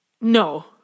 No